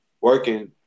Working